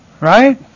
Right